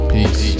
Peace